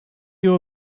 you